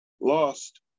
lost